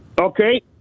Okay